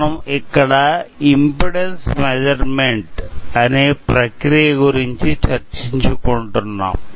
మనం ఇక్కడ impedance measurement అనే ప్రక్రియ గురించి చర్చించుకుంటున్నాము